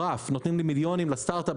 זה מאוד רחוק מהלך הרוח היום.